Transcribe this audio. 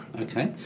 Okay